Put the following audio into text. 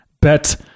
But-